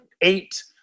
eight